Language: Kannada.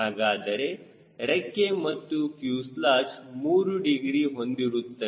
ಹಾಗಾದರೆ ರೆಕ್ಕೆ ಮತ್ತು ಫ್ಯೂಸೆಲಾಜ್ 3 ಡಿಗ್ರಿ ಹೊಂದಿರುತ್ತವೆ